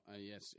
Yes